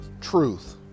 truth